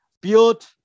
Build